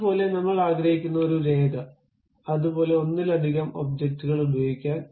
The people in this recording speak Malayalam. അതുപോലെ നമ്മൾ ആഗ്രഹിക്കുന്ന ഒരു രേഖ അതുപോലെ ഒന്നിലധികം ഒബ്ജക്റ്റുകൾ ഉപയോഗിക്കാൻ